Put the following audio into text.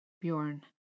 Bjorn